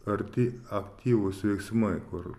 ar tie aktyvūs veiksmai kur